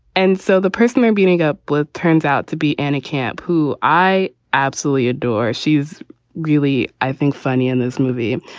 and so the person i'm meeting up with turns out to be annie camp, who i absolutely adore. she's really, i think, funny in this movie.